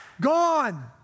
gone